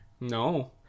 No